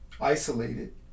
isolated